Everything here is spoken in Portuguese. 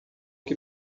que